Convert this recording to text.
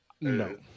No